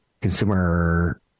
Consumer